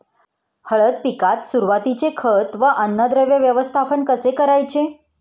हळद पिकात सुरुवातीचे खत व अन्नद्रव्य व्यवस्थापन कसे करायचे?